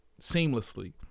seamlessly